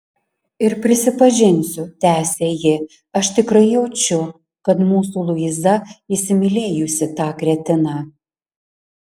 ir prisipažinsiu tęsė ji aš tikrai jaučiu kad mūsų luiza įsimylėjusi tą kretiną